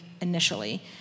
initially